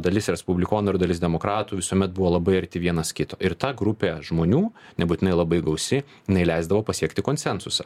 dalis respublikonų ir dalis demokratų visuomet buvo labai arti vienas kito ir ta grupė žmonių nebūtinai labai gausi jinai leisdavo pasiekti konsensusą